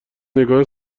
نگاه